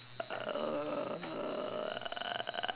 uh